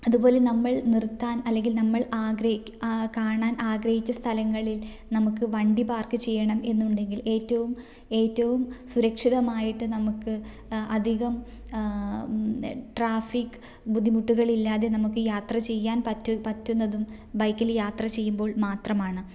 അതുപോലെ നമ്മൾ നിർത്താൻ അല്ലെങ്കിൽ നമ്മൾ കാണാൻ ആഗ്രഹിച്ച സ്ഥലങ്ങളിൽ നമുക്ക് വണ്ടി പാർക്ക് ചെയ്യണം എന്നുണ്ടെങ്കിൽ ഏറ്റവും ഏറ്റവും സുരക്ഷിതമായിട്ട് നമുക്ക് അധികം ട്രാഫിക് ബുദ്ധിമുട്ടുകൾ ഇല്ലാതെ നമുക്ക് യാത്ര ചെയ്യാൻ പറ്റുന്നതും ബൈക്കിൽ യാത്ര ചെയ്യുമ്പോൾ മാത്രമാണ്